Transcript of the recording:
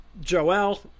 joel